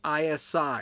ISI